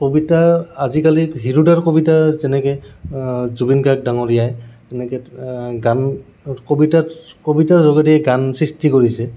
কবিতা আজিকালি হিৰুদাৰ কবিতা যেনেকে জুবিন গাৰ্গ ডাঙৰীয়াই তেনেকে গান কবিতাত কবিতাৰ যোগেদি গান সৃষ্টি কৰিছে